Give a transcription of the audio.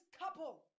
couple